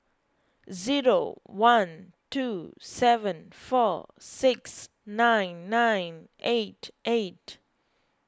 zero one two seven four six nine nine eight eight